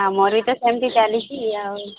ଆମର ବି ତ ସେମିତି ଆଉ